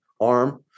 arm